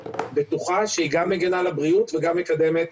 בטוחה שהיא גם מגנה על הבריאות וגם מקדמת